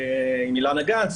אילנה גנס,